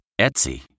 Etsy